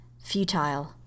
Futile